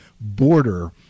border